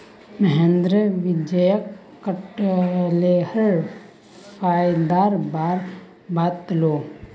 महेंद्र विजयक कठहलेर फायदार बार बताले